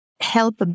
help